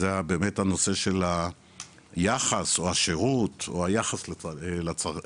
זה באמת הנושא של היחס או השירות, או היחס לצרכן.